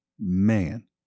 Man